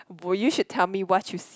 would you should tell me what you see